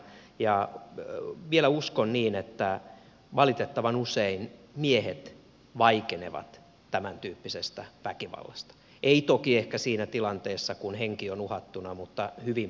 ja vielä uskon niin että valitettavan usein miehet vaikenevat tämäntyyppisestä väkivallasta eivät toki ehkä siinä tilanteessa kun henki on uhattuna mutta hyvin pitkälle